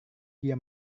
dia